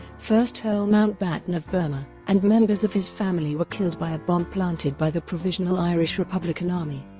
first earl mountbatten of burma, and members of his family were killed by a bomb planted by the provisional irish republican army.